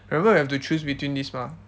remember we have to choose between this mah